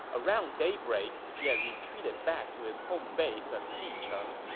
around daybreak, he had retreated back to his home base of jicheng.